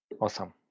Awesome